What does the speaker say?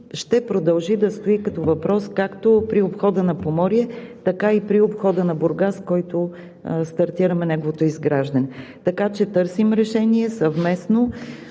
ще продължи да стои като въпрос както при обхода на Поморие, така и при обхода на Бургас, на който стартираме изграждането му. Така че търсим съвместно